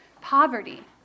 poverty